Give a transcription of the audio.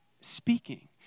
speaking